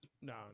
no